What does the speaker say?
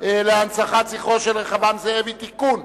להנצחת זכרו של רחבעם זאבי (תיקון,